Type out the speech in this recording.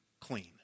clean